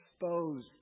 exposed